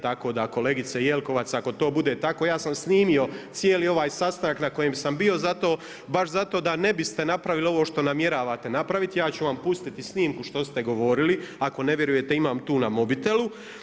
Tako da kolegice Jelkovac, ako to bude tako, ja sam snimio cijeli ovaj sastanak na kojem sam bio baš zato da ne biste napravili ovo što namjeravate napraviti, ja ću vam pustiti snimku što ste govorili, ako ne vjerujete, imam tu na mobitelu.